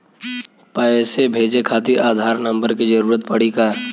पैसे भेजे खातिर आधार नंबर के जरूरत पड़ी का?